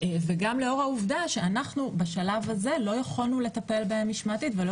וגם לאור העובדה שאנחנו בשלב הזה לא יכולנו לטפל בבעיה משמעתית ולא